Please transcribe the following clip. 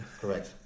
correct